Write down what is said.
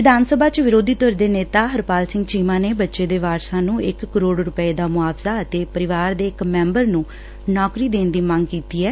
ਵਿਧਾਨ ਸਭਾ ਚ ਵਿਰੋਧੀ ਧਿਰ ਦੇ ਨੇਤਾ ਹਰਪਾਲ ਸਿੰਘ ਚੀਮਾ ਨੇ ਬੱਚੇ ਦੇ ਵਾਰਸਾਂ ਨੂੰ ਇਕ ਕਰੋੜ ਰੁਪੈ ਦਾ ਮੁਆਵਜ਼ਾ ਅਤੇ ਪਰਿਵਾਰ ਦੇ ਇਕ ਮੈਬਰ ਨੂੰ ਨੌਕਰੀ ਦੇਣ ਦੀ ਮੰਗ ਕੀਡੀ ਐ